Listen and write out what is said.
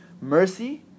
mercy